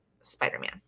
spider-man